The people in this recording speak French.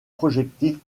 projectile